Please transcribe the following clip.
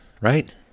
right